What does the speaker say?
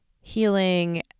healing